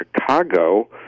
Chicago